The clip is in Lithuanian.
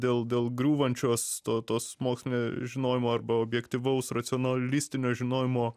dėl dėl griūvančios to tos mokslinio žinojimo arba objektyvaus racionalistinio žinojimo